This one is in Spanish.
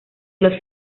los